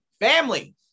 family